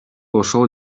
ошол